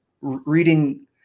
reading